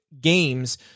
games